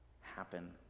happen